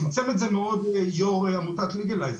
צמצם את זה מאוד יו"ר עמותת ליגלייז,